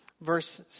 verse